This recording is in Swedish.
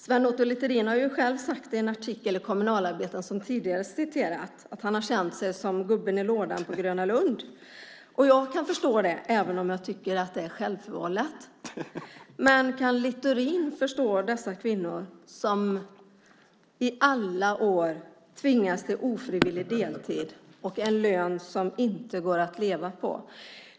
Sven Otto Littorin har själv sagt i en artikel i Kommunalarbetaren, som jag tidigare citerade, att han har känt sig som gubben i lådan på Gröna Lund. Jag kan förstå det, även om jag tycker att det är självförvållat. Men kan Littorin förstå dessa kvinnor som i alla år tvingats till ofrivillig deltid och en lön som det inte går att leva på?